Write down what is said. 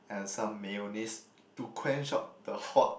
and some mayonnaise to quench out the hot